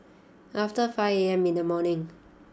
after five A M in the morning